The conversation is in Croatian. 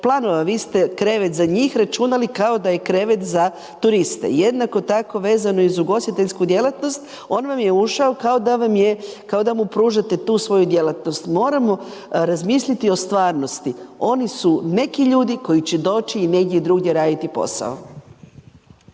vi ste krevet za njih računali kao da je krevet za turiste. Jednako tako vezano i za ugostiteljsku djelatnost, on vam je ušao kao da vam je, kao da mu pružate tu svoju djelatnost. Moramo razmisliti o stvarnosti. Oni su neki ljudi koji će doći i negdje drugdje raditi posao.